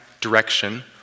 direction